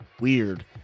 weird